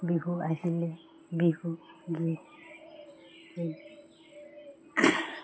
বিহু আহিলে বিহু গীত